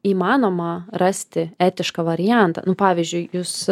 įmanoma rasti etišką variantą nu pavyzdžiui jūs